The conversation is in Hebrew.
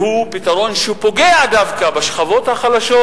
והוא פתרון שפוגע דווקא בשכבות החלשות,